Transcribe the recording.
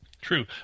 True